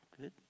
good